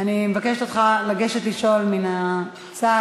אני מבקשת ממך לגשת לשאול מן הצד.